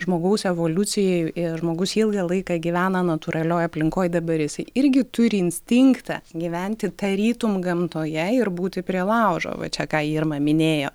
žmogaus evoliucijai ir žmogus ilgą laiką gyvena natūralioj aplinkoj dabar jisai irgi turi instinktą gyventi tarytum gamtoje ir būti prie laužo va čia ką irma minėjo